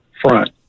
front